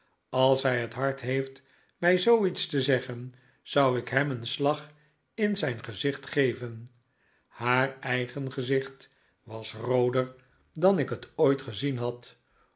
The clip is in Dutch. als hij het hart heeft mij zooiets te zeggen zou ik hem een slag in zijn gezicht geven haar eigen gezicht was rooder dan ik het ooit gezien had